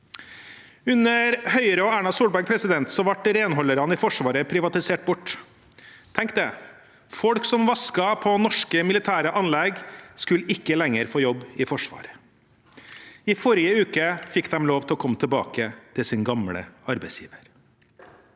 Under Høyre og Erna Solberg ble renholderne i Forsvaret privatisert bort. Tenk det, folk som vasker på norske militære anlegg, skulle ikke lenger få jobbe i Forsvaret. I forrige uke fikk de lov til å komme tilbake til sin gamle arbeidsgiver.